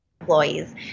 employees